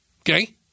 Okay